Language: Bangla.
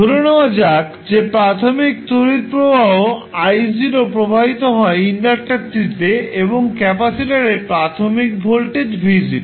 ধরে নেওয়া যাক যে প্রাথমিক তড়িৎ প্রবাহ I0 প্রবাহিত হয় ইন্ডাক্টারটিতে এবং ক্যাপাসিটার এ প্রাথমিক ভোল্টেজ V0